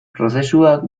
prozesuak